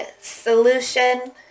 solution